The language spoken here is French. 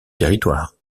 territoire